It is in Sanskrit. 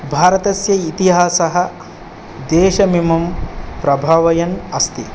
भारतस्य इतिहासः देशमिमं प्रभवयन् अस्ति